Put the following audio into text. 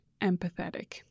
empathetic